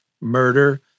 murder